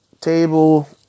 table